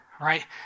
right